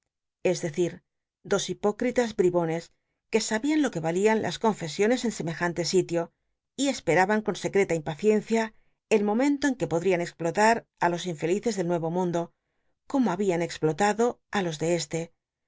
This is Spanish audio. es decir dos hipócritas bribones que sabían lo que valían las confesiones en semejan te sitio y cspetaban con secreta impaciencia el momento en que podl'ian explotar los infelices del nuevo mundo como habían explotado á los de este